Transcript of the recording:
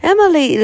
Emily